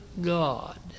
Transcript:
God